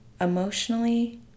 emotionally